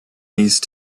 these